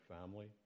family